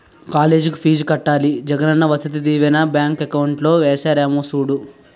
కాలేజికి ఫీజు కట్టాలి జగనన్న వసతి దీవెన బ్యాంకు అకౌంట్ లో ఏసారేమో సూడు